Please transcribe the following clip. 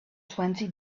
twenty